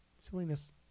silliness